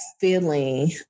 feeling